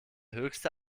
höchste